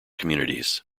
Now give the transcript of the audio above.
communities